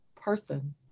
person